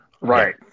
Right